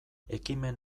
ekimen